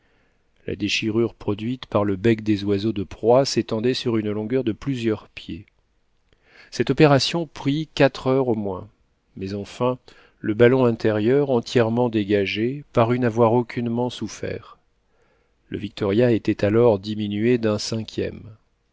la déchirure produite par le bec des oiseaux de proie s'étendait sur une longueur de plusieurs pieds cette opération prit quatre heures au moins mais enfin le ballon intérieur entièrement dégagé parut n'avoir aucunement souffert le victoria était alors diminué d'un cinquième